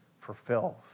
fulfills